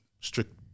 strict